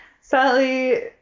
Sally